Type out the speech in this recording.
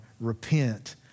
repent